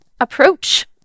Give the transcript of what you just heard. approach